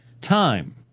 time